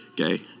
Okay